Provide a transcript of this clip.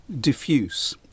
diffuse